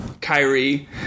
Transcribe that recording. Kyrie